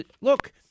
look